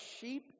sheep